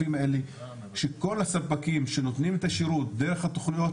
שכל הספקים שנותנים את השירות דרך התוכניות